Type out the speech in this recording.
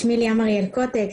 שמי ליאם אריאל קוטק,